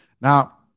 Now